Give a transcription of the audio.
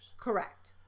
Correct